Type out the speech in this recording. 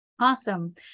Awesome